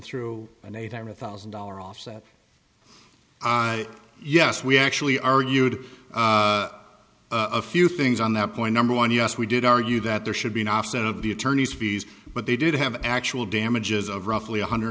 through an eight hundred thousand dollar offset yes we actually argued a few things on that point number one yes we did argue that there should be an offset of the attorney's fees but they did have actual damages of roughly one hundred